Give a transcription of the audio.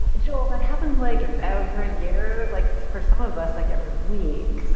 joel, that happens like every year. like for some of us, like every week.